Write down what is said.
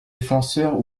défenseur